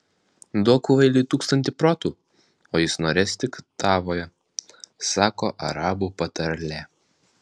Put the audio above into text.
duok kvailiui tūkstantį protų o jis norės tik tavojo sako arabų patarlė